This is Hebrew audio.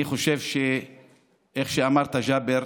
אני חושב שכמו שאמרת, ג'אבר,